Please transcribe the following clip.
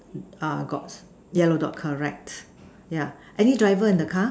uh got yellow door correct yeah and do you drive a car